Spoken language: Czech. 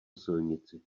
silnici